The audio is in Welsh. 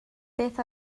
beth